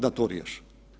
Da to riješe.